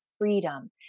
freedom